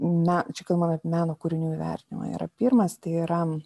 na čia kalbam apie meno kūrinių įvertinimą yra pirmas tai yra